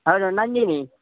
ಹೌದು ಹೌದು ನಂದಿನಿ